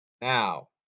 Now